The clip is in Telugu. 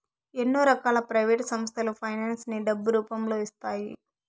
ఎన్నో రకాల ప్రైవేట్ సంస్థలు ఫైనాన్స్ ని డబ్బు రూపంలో ఇస్తాయి